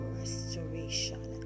restoration